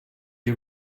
you